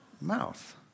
mouth